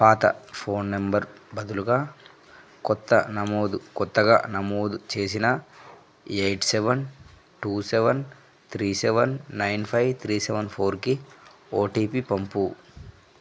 పాత phone number బదులుగా కొత్త నమోదు కొత్తగా నమోదు చేసిన eight seven two seven three seven nine five three seven ఫోర్కి ఓటీపి పంపు